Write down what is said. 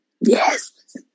Yes